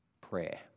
prayer